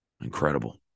Incredible